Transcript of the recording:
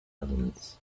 elements